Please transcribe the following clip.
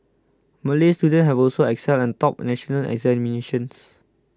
Malay students have also excelled topped national examinations